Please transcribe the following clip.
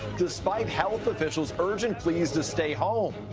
despite health officials' urgent pleas to stay home.